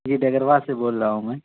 جی ڈگروا سے بول رہا ہوں میں